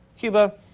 Cuba